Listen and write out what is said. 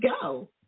go